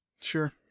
Sure